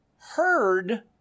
heard